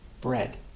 Bread